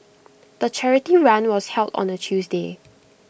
the charity run was held on A Tuesday